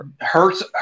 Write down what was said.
Hurts